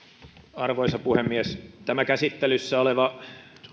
arvoisa puhemies tämä käsittelyssä oleva